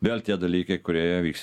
vėl tie dalykai kurie vyks